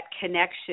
connection